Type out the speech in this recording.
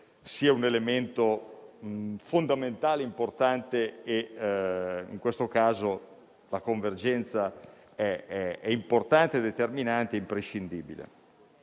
siano elementi di fondamentale importanza e in questo caso la convergenza è determinante e imprescindibile.